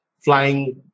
flying